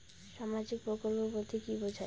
সামাজিক প্রকল্প বলতে কি বোঝায়?